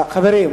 חברים,